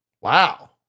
Wow